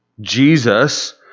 Jesus